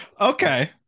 okay